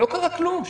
לא קרה כלום.